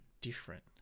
different